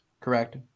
correct